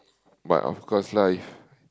but of course lah if you